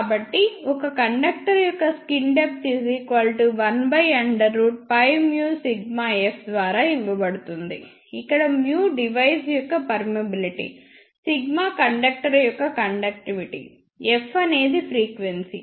కాబట్టి ఒక కండక్టర్ యొక్క స్కిన్ డెప్త్ 1πμσf ద్వారా ఇవ్వబడుతుంది ఇక్కడ డివైస్ యొక్క పర్మియబిలిటీ కండక్టర్ యొక్క కండక్టివిటీ f అనేది ఫ్రీక్వెన్సీ